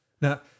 Now